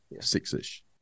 Six-ish